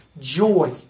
joy